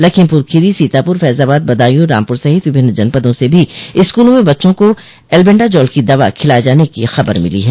लखीमपुर खीरी सीतापुर फैजाबाद बदायू रामपुर सहित विभिन्न जनपदों से भी स्कूलों में बच्चों का एल्बेंडाजॉल की दवा खिलाये जाने की खबर मिली हैं